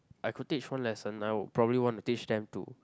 I could teach one lesson now probably want to teach them to